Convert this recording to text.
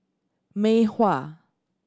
Mei Hua